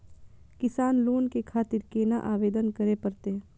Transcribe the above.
किसान लोन के खातिर केना आवेदन करें परतें?